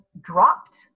dropped